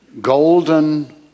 golden